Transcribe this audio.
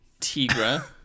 Tigra